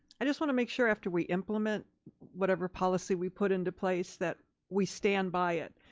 i just wanna make sure after we implement whatever policy we put into place that we stand by it.